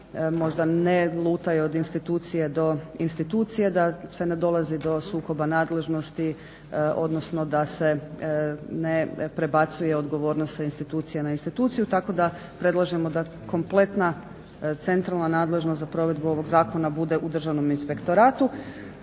možda ne lutaju od institucije do institucije, da se ne dolazi do sukoba nadležnosti, odnosno da se ne prebacuje odgovornost sa institucije na instituciju. Tako da predlažemo da kompletna centralna nadležnost za provedbu ovog zakona bude u Državnom inspektoratu.